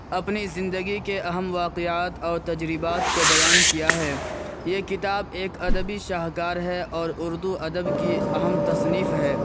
اپنی زندگی کے اہم واقعات اور تجربات کو بیان کیا ہے یہ کتاب ایک ادبی شاہکار ہے اور اردو ادب کی اہم تصنیف ہے